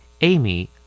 Amy